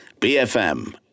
BFM